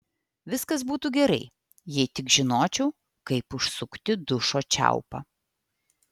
viskas būtų gerai jei tik žinočiau kaip užsukti dušo čiaupą